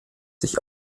sich